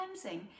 cleansing